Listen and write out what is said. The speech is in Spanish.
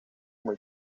muy